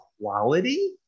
quality